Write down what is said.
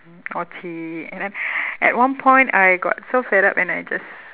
naughty and then at one point I got so fed up and I just